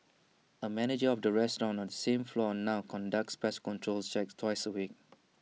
A manager of the restaurant on the same floor now conducts pest control checks twice A week